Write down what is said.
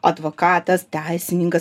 advokatas teisininkas